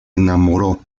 enamoró